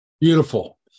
Beautiful